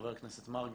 חבר הכנסת מרגי,